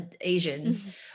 Asians